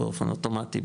באופן אוטומטי,